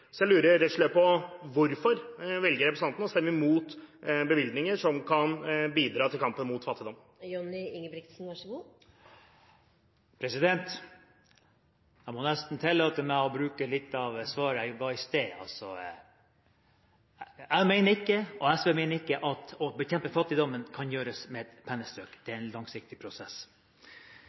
Jeg lurer rett og slett på hvorfor representanten velger å stemme imot bevilgninger som kan bidra til kampen mot fattigdom. Jeg må nesten tillate meg å bruke litt av svaret jeg ga i sted. Jeg og SV mener ikke at det å bekjempe fattigdom kan gjøres med et pennestrøk. Det er en langsiktig prosess.